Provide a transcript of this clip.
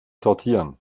sortieren